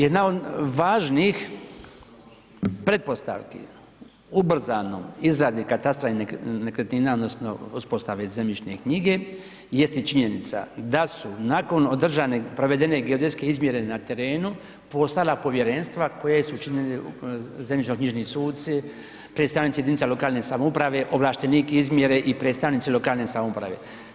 Jedna od važnih pretpostavki, ubrzanoj izradi katastra i nekretnina odnosno uspostavi zemljišne knjige jeste činjenica da su nakon odražen provedene geodetske izmjere na terenu, postala povjerenstva koja su činili zemljišno-knjižni suci, predstavnici jedinica lokalne samouprave, ovlaštenik izmjere i predstavnici lokalne samouprave.